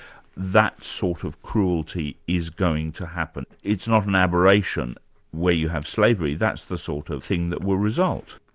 that sort of cruelty is going to happen it's not an aberration where you have slavery, that's the sort of thing that will result.